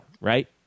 right